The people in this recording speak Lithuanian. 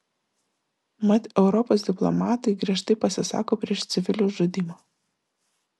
mat europos diplomatai griežtai pasisako prieš civilių žudymą